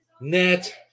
net